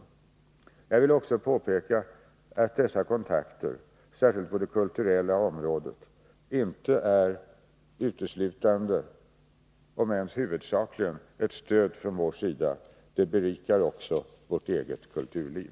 Jag vill också påpeka att dessa kontakter, särskilt på det kulturella området, inte är uteslutande — om ens huvudsakligen — ett stöd från vår sida. De berikar också vårt eget kulturliv.